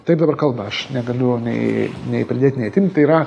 tai dar kalba aš negaliu nei nei pridėt nei atimt tai yra